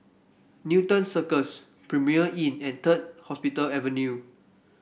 Newton Cirus Premier Inn and Third Hospital Avenue